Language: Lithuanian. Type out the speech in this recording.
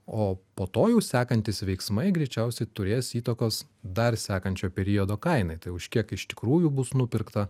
o po to jau sekantys veiksmai greičiausiai turės įtakos dar sekančio periodo kainai tai už kiek iš tikrųjų bus nupirkta